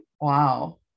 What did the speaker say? Wow